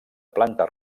planta